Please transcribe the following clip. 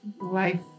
life